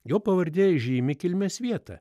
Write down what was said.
jo pavardė žymi kilmės vietą